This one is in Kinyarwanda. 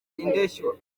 indeshyo